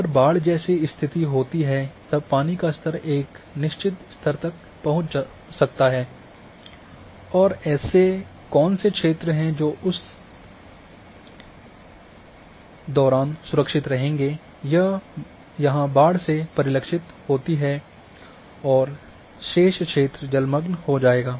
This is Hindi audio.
अगर बाढ़ जैसी स्थिति होती है तब पानी का स्तर एक निश्चित स्तर तक पहुंच सकता है और ऐसे कौन से क्षेत्र हैं जो उस तरह के दौरान सुरक्षित रहेंगे यह यहाँ बाढ़ से परिलक्षित होती है और शेष क्षेत्र जलमग्न हो जाएगा